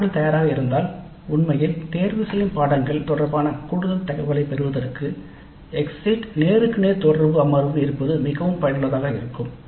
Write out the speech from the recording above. மாணவர்கள் தயாராக இருந்தால் உண்மையில் தேர்ந்தெடுக்கப்பட்ட பாடநெறிகள் தொடர்பான கூடுதல் தகவலைப் பெறுவதற்கு எக்ஸிட் நேருக்கு நேர் தொடர்பு அமர்வு இருப்பது மிகவும் பயனுள்ளதாக இருக்கும்